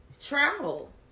Travel